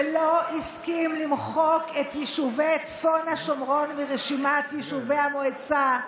שלא הסכים למחוק את יישובי צפון השומרון מרשימת יישובי המועצה,